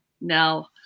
Now